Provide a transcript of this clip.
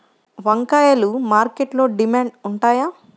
వంకాయలు మార్కెట్లో డిమాండ్ ఉంటాయా?